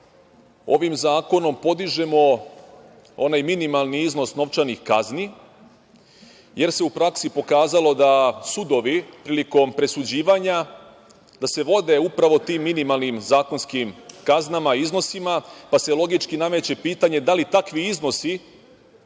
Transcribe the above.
ovim zakonom podižemo onaj minimalni iznos novčanih kazni, jer se u praksi pokazalo da se sudovi prilikom presuđivanja vode upravo tim minimalnim zakonskim kaznama i iznosima, pa se logički nameće pitanje da li takvi iznosi